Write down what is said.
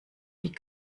die